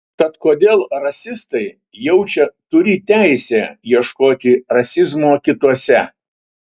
tad kodėl rasistai jaučia turį teisę ieškoti rasizmo kituose